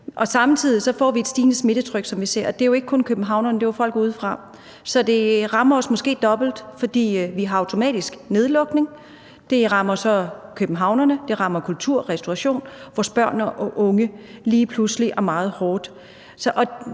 samtidig et stigende smittetryk. Det er jo ikke kun københavnerne. Det er jo også folk udefra. Derfor rammer det os måske dobbelt. Vi har jo automatisk nedlukning. Det rammer københavnerne, det rammer kulturen, restaurationerne, vores børn og unge – lige pludseligt og meget hårdt.